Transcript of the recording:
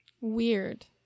weird